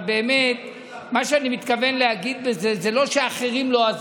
מה שאני מתכוון להגיד בזה זה לא שאחרים לא עזרו,